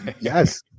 yes